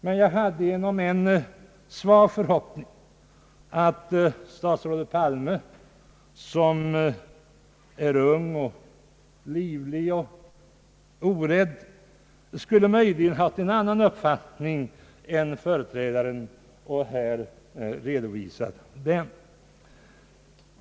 Jag hade dock en viss om än svag förhoppning att statsrådet Palme, som är ung och livlig och orädd, möjligen skulle ha en annan uppfattning än företrädaren och här redovisa den.